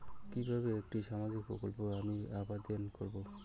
কিভাবে একটি সামাজিক প্রকল্পে আমি আবেদন করব?